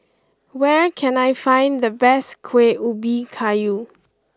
where can I find the best Kuih Ubi Kayu